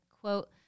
Quote